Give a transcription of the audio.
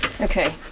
Okay